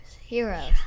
Heroes